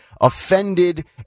offended